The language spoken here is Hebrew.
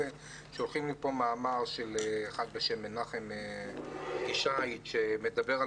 שולחים לי פה מאמר של אחד בשם מנחם ישי שמדבר על